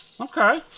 Okay